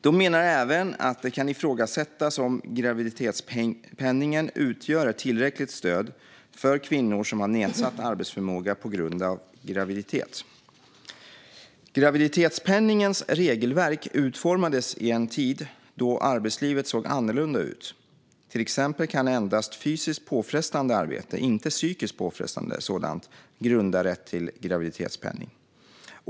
De menar även att det kan ifrågasättas om graviditetspenningen utgör ett tillräckligt stöd för kvinnor som har nedsatt arbetsförmåga på grund av graviditet. Graviditetspenningens regelverk utformades i en tid då arbetslivet såg annorlunda ut. Till exempel kan endast fysiskt påfrestande arbete, inte psykiskt påfrestande sådant, grunda rätt till graviditetspenning.